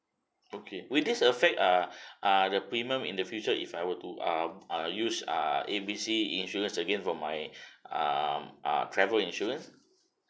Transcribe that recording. okay will this affect ah ah the premium in the future if I would to um uh use ah A B C insurance again for my um ah travel insurance